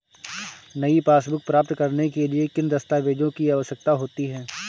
नई पासबुक प्राप्त करने के लिए किन दस्तावेज़ों की आवश्यकता होती है?